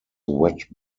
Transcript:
wet